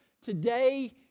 today